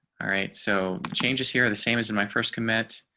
alright so changes. here are the same as in my first commit.